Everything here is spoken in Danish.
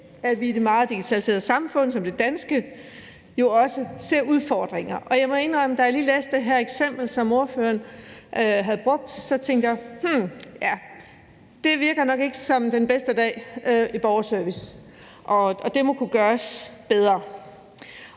at vi i et meget digitaliseret samfund som det danske jo også ser udfordringer, og jeg må indrømme, at da jeg lige læste det her eksempel, som forslagsstillerne bruger, tænkte jeg: Hm, ja, det virker nok ikke som den bedste dag i borgerservice; det må kunne gøres bedre.